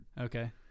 Okay